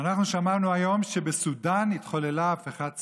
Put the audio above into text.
אנחנו שמענו היום שבסודאן התחוללה הפיכה צבאית.